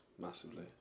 massively